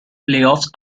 playoffs